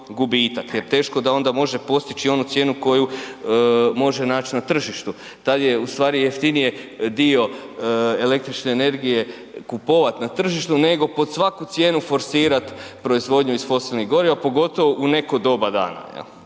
gubitak jer teško da onda može postići onu cijenu koju može naći na tržištu, tad je ustvari jeftinije dio električne energije kupovati na tržištu nego pod svaku cijenu forsirati proizvodnju iz fosilnih goriva pogotovo u neko doba dana.